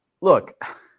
look